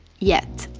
yet